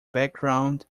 background